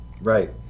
Right